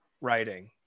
writing